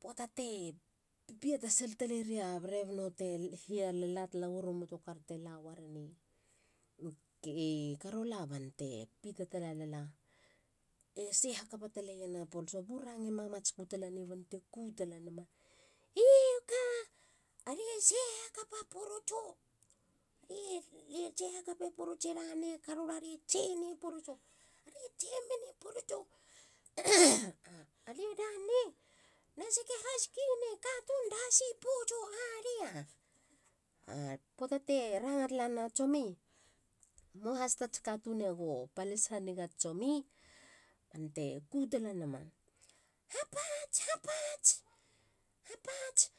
Puata te pitasil taleria berebana non te hia lala waru motor kar tela tala wereni kei karola bante pitalala lala. e sei hakapa taleyena poloso. bo rangema matsku talanei. teku talanama. i oka! Are tse hakapa porots. e tse hakape porotse lane karora re tseni porotso. Are tse mene porotso. ahh. Are rane na seke haskine katun dasi poutso adia. A puata te ranga talana na tsomi. mua has tats katun ego palis haniga tsomi. bante kutala nama. hapats! Hapats!